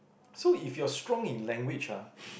so if you're strong in language ah